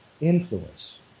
influence